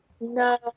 No